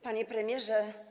Panie Premierze!